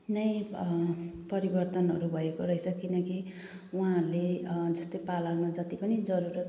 नै परिवर्तनहरू भएको रहेछ किनकि उहाँहरूले जस्तै पार्लरमा जति पनि जरुरत